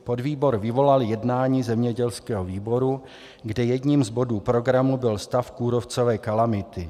Podvýbor vyvolal jednání zemědělského výboru, kde jedním z bodů programu byl stav kůrovcové kalamity.